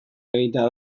egitea